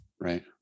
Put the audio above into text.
right